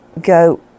go